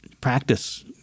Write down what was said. practice